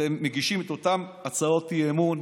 אתם מגישים את אותן הצעות האי-אמון,